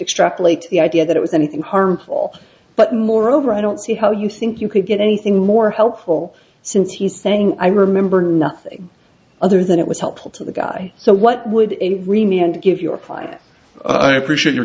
extrapolate the idea that it was anything harmful but moreover i don't see how you think you could get anything more helpful since he's saying i remember nothing other than it was helpful to the guy so what would remain and give your private i appreciate your